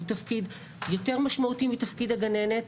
הוא תפקיד יותר משמעותי מתפקיד הגננת,